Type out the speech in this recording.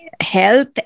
health